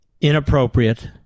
inappropriate